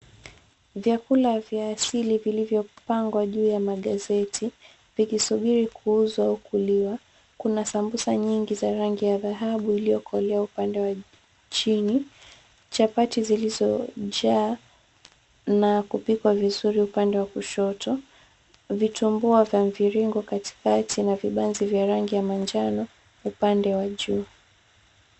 Vyakula vya asili vilivyopangwa juu ya magazeti vikisubiri kuuzwa au kuliwa. Kuna sambusa nyingi za rangi ya dhahabu iliyokolea upande wa chini, chapati zilizojaa na kupikwa vizuri upande wa kushoto, vitumbua vya mviringo katikati na vibanzi vya rangi ya manjano upande wa juu.